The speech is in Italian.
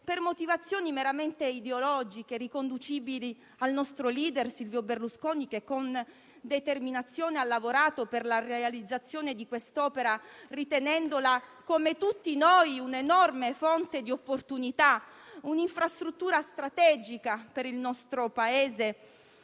per motivazioni meramente ideologiche riconducibili al nostro *leader* Silvio Berlusconi, che con determinazione ha lavorato per la realizzazione di quest'opera ritenendola, come tutti noi, un'enorme fonte di opportunità. Un'infrastruttura strategica per il nostro Paese